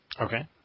Okay